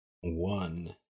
one